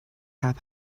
had